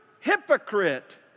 hypocrite